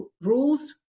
rules